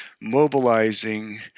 mobilizing